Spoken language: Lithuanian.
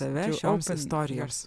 save šios istorijos